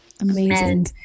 Amazing